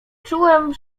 czułem